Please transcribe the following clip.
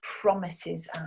promises